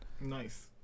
Nice